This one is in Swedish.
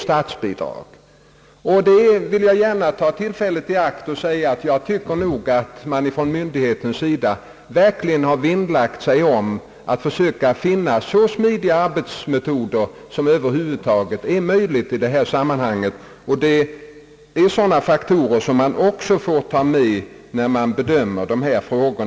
Jag vill gärna ta tillfället i akt och säga att myndigheterna enligt min uppfattning verkligen har vinnlagt sig om att söka finna så smidiga arbetsmetoder som över huvud taget är möjligt i detta sammanhang. Sådana faktorer får man också ta hänsyn till när man bedömer dessa frågor.